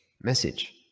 message